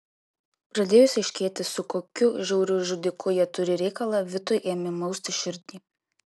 pradėjus aiškėti su kokiu žiauriu žudiku jie turi reikalą vitui ėmė mausti širdį